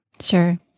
Sure